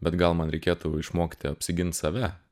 bet gal man reikėtų išmokti apsigint save